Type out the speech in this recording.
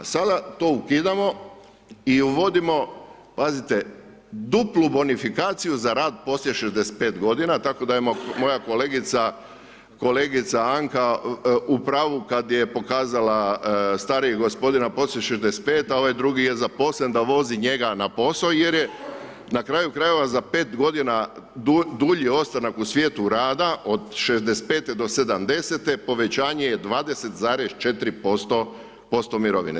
Sada to ukidamo i uvodimo, pazite, duplu bonifikaciju za rad poslije 65 godina, tako da moja kolegica Anka u pravu kada je pokazala starijeg gospodina poslije 65, a ovaj drugi je zaposlen da vozi njega na posao jer je na kraju krajeva za 5 godina dulji ostanak u svijetu rada od 65.-te do 70.-te povećanje je 20,4% mirovine.